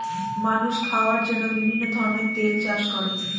মানুষ খাওয়ার জন্য বিভিন্ন ধরনের তেল চাষ করে